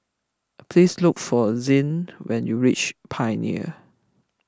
please look for Zed when you reach Pioneer